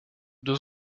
deux